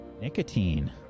Nicotine